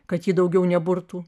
kad ji daugiau neburtų